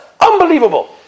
Unbelievable